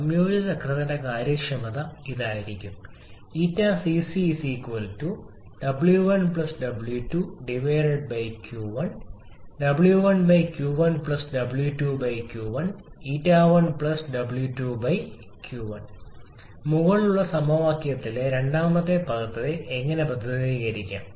സംയോജിത ചക്രത്തിന്റെ കാര്യക്ഷമത ഇതായിരിക്കും 𝜂𝐶𝐶 𝑊1 𝑊2 𝑄1 𝑊1𝑄1 𝑊2𝑄1 𝜂1 𝑊2𝑄1 മുകളിലുള്ള സമവാക്യത്തിലെ രണ്ടാമത്തെ പദത്തെ എങ്ങനെ പ്രതിനിധീകരിക്കാം